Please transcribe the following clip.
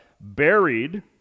buried